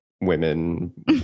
women